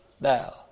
thou